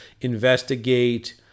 investigate